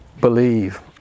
believe